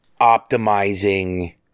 optimizing